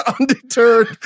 undeterred